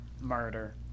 murder